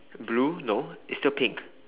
blue no it's still pink